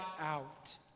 out